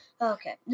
Okay